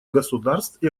государств